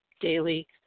daily